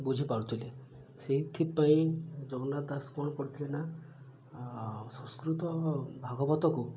ବୁଝିପାରୁଥିଲେ ସେଇଥିପାଇଁ ଜଗନ୍ନାଥ ଦାସ କ'ଣ କରିଥିଲେ ନା ସଂସ୍କୃତ ଭାଗବତକୁ